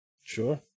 Sure